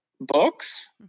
books